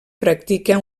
practica